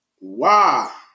Wow